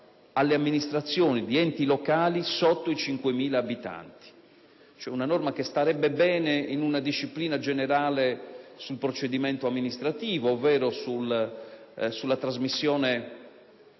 alle amministrazioni di enti locali sotto i 5.000 abitanti. Una norma cioè che starebbe bene in una disciplina generale sul procedimento amministrativo, ovvero sulla trasmissione